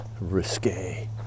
risque